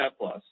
Plus